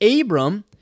Abram